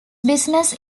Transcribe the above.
business